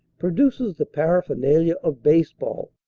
produces the para phernalia of baseball,